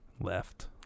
left